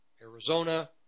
Arizona